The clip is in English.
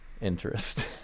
interest